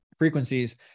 frequencies